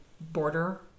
border